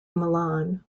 milan